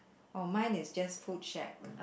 orh mine is just food shack